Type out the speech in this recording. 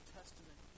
Testament